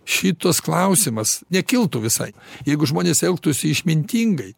šitas klausimas nekiltų visai jeigu žmonės elgtųsi išmintingai